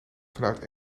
vanuit